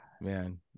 Man